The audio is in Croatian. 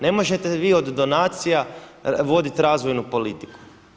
Ne možete vi od donacija voditi razvojnu politiku.